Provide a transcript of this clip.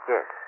Yes